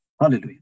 Hallelujah